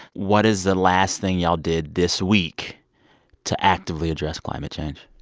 what is the last thing y'all did this week to actively address climate change?